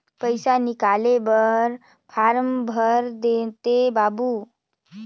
पइसा निकाले बर फारम भर देते बाबु?